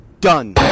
done